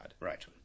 Right